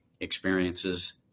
experiences